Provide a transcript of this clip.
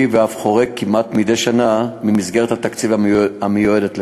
ואף חורג כמעט מדי שנה ממסגרת התקציב המיועדת לכך.